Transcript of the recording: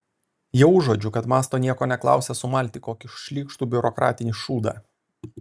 jau užuodžiu kad mąsto nieko neklausęs sumalti kokį šlykštų biurokratinį šūdą